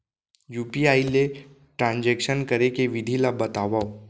UPI ले transaction करे के विधि ला बतावव?